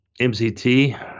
MCT –